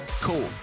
Cool